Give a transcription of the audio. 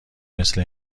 مثل